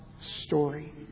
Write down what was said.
story